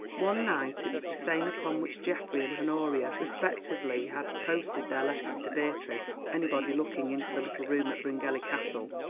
one night it was the same upon which geoffrey and honoria respectively had posted their letters to beatrice anybody looking into the little room at bryngelly castle,